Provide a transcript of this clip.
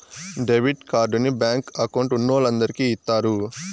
debit కార్డుని bank account ఉన్నోలందరికి ఇత్తారు